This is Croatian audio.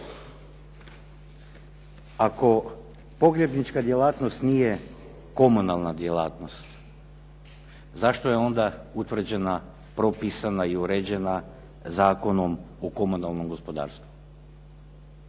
Ako pogrebnička djelatnost nije komunalna djelatnost zašto je onda utvrđena, propisana i uređena Zakonom o komunalnom gospodarstvu?